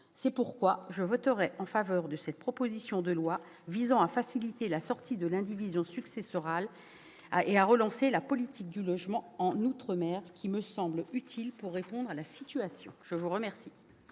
C'est pourquoi je voterai en faveur de la proposition de loi visant à faciliter la sortie de l'indivision successorale et à relancer la politique du logement en outre-mer, qui me semble utile pour répondre à la situation. La parole